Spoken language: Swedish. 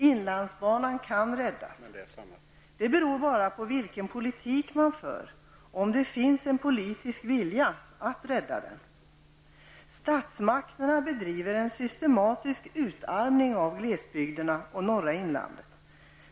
Inlandsbanan kan räddas, om det finns en politisk vilja att rädda den -- det beror bara på vilken politik man för. Statsmakterna bedriver en systematisk utarmning av glesbygderna och norra inlandet.